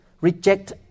reject